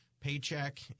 paycheck